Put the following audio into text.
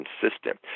consistent